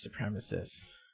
supremacists